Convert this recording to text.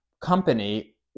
company